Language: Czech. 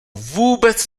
vůbec